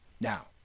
Now